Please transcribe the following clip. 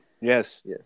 yes